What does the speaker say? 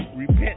Repent